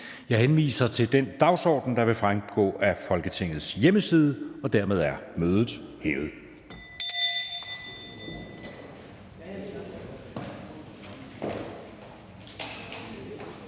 Jeg henviser til den dagsorden, der vil fremgå af Folketingets hjemmeside. Mødet er hævet.